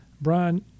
Brian